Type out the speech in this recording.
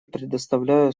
предоставляю